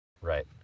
Right